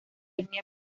etnia